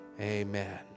Amen